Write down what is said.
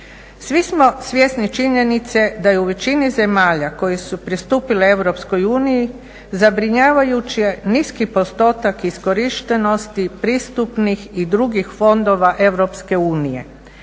Svi smo svjesni činjenice da je u većini zemalja koje su pristupile Europskoj uniji zabrinjavajuće niski postotak iskorištenosti pristupnih i drugih fondova Europske unije.